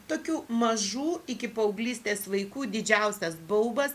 tokių mažų iki paauglystės vaikų didžiausias baubas